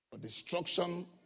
destruction